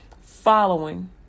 following